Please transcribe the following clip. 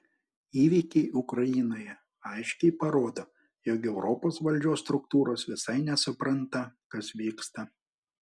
įvykiai ukrainoje aiškiai parodo jog europos valdžios struktūros visai nesupranta kas vyksta